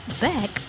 back